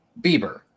Bieber